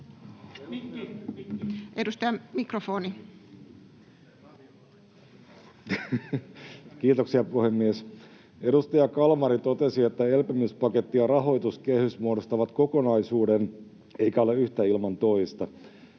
Edustaja, mikrofoni. Kiitoksia, puhemies! Edustaja Kalmari totesi, että elpymispaketti ja rahoituskehys muodostavat kokonaisuuden eikä ole yhtä ilman toista.